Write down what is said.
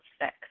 sick